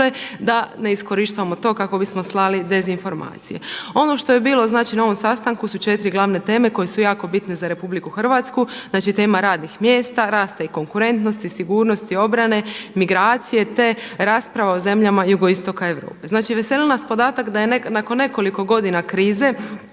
da ne iskorištavamo to kako bismo slali dezinformacije. Ono što je bilo, znači na ovom sastanku su četiri glavne teme koje su jako bitne za RH. Znači tema radnih mjesta, rasta i konkurentnosti, sigurnosti, obrane, migracije te rasprava o zemljama jugoistoka Europe. Znači, veseli nas podatak da je nakon nekoliko godina krize